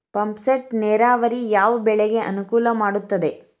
Pump set ನೇರಾವರಿ ಯಾವ್ ಬೆಳೆಗೆ ಅನುಕೂಲ ಮಾಡುತ್ತದೆ?